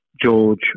George